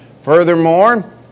Furthermore